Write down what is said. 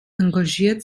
engagiert